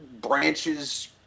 branches